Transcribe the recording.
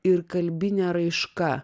ir kalbinė raiška